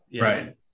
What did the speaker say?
Right